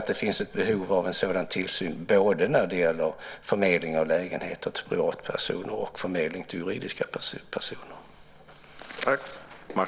Det finns ett behov av en sådan tillsyn både när det gäller förmedling av lägenheter till privatpersoner och förmedling till juridiska personer.